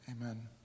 amen